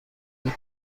بود